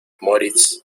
moritz